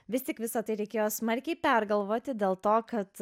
vis tik visa tai reikėjo smarkiai pergalvoti dėl to kad